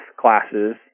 classes